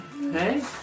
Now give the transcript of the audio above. Hey